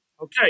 Okay